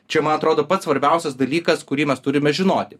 čia man atrodo pats svarbiausias dalykas kurį mes turime žinoti